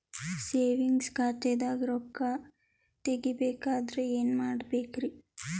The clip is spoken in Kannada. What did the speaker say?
ಸೇವಿಂಗ್ಸ್ ಖಾತಾದಾಗ ರೊಕ್ಕ ತೇಗಿ ಬೇಕಾದರ ಏನ ಮಾಡಬೇಕರಿ?